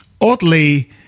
oddly